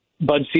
bud